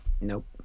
Nope